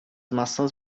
maçãs